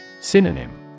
Synonym